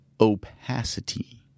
opacity